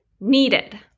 needed